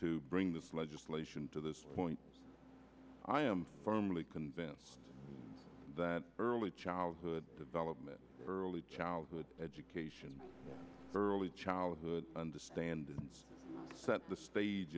to bring this legislation to this point i am firmly convinced that early childhood development early childhood education early childhood understanding set the stage